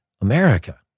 America